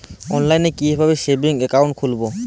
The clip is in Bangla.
অনলাইনে কিভাবে সেভিংস অ্যাকাউন্ট খুলবো?